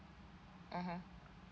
mmhmm